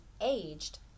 aged